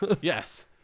Yes